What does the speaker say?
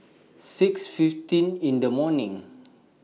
six fifteen in The morning